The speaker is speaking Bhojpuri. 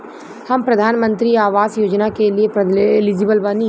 हम प्रधानमंत्री आवास योजना के लिए एलिजिबल बनी?